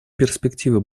перспективы